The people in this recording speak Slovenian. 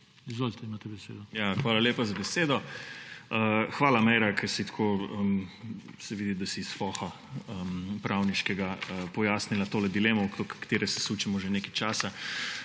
(PS Levica):** Hvala lepa za besedo. Hvala Meira, ker si tako, se vidi, da si iz foha pravniškega, pojasnila tole dilemo okoli katere se sučemo že nekaj časa.